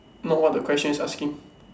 not what the question is asking